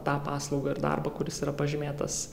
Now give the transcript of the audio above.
tą paslaugą ir darbą kuris yra pažymėtas